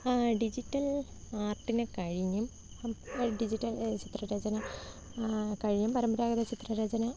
digital ആർട്ടിനെ കഴിഞ്ഞും digital ചിത്രരചന കഴിയും പരമ്പരാഗത ചിത്രരചന